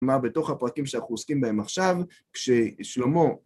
מה בתוך הפרקים שאנחנו עוסקים בהם עכשיו, כששלמה...